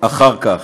אחר כך.